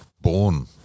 born